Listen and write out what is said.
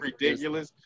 ridiculous